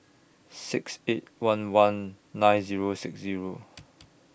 six eight one one nine Zero six Zero